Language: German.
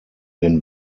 den